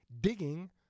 digging